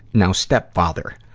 now stepfather.